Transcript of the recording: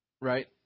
Right